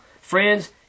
Friends